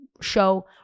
Show